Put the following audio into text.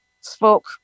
spoke